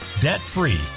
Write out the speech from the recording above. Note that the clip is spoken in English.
debt-free